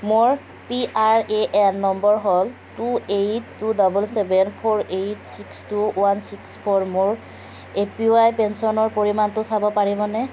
মোৰ P R A N number হ'ল two eight two double seven four eight six two one six four A P Y পেঞ্চনৰ পৰিমাণটো চাব পাৰিবনে